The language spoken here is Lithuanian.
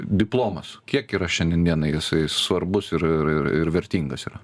diplomas kiek yra šiandien dienai jisai svarbus ir ir ir ir vertingas yra